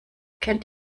kennt